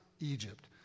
Egypt